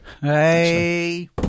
Hey